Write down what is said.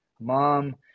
Mom